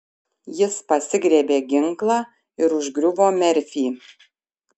jis pasigriebė ginklą ir užgriuvo merfį